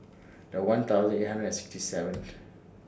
The one thousand eight hundred and sixty seventh